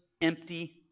empty